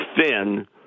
thin